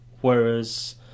whereas